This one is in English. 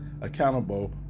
accountable